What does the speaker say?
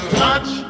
touch